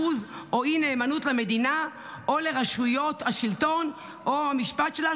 בוז או אי-נאמנות למדינה או לרשויות השלטון או המשפט שלה,